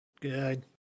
Good